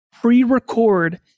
pre-record